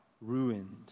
ruined